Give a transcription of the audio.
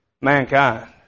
mankind